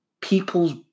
people's